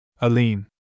Aline